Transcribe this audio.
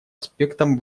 аспектам